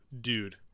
dude